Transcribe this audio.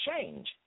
change